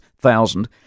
thousand